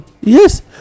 Yes